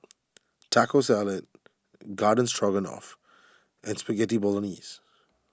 Taco Salad Garden Stroganoff and Spaghetti Bolognese